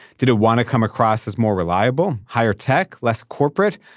did it want to come across as more reliable? higher tech? less corporate?